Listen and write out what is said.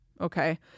okay